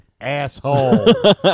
Asshole